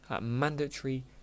mandatory